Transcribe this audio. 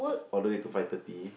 order it to five thirty